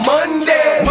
Monday